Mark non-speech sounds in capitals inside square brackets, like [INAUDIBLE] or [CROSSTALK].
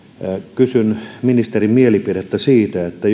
kysyn ministerin mielipidettä siitä että [UNINTELLIGIBLE]